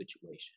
situation